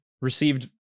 received